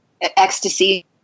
ecstasy